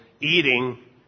eating